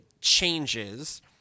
changes